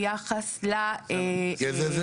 ביחס --- זה אחר כך.